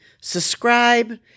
subscribe